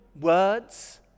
words